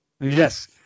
Yes